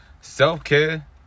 Self-care